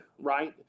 right